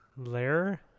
Layer